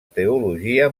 teologia